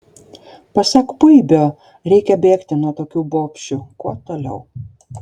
pasak puibio reikia bėgti nuo tokių bobšių kuo toliau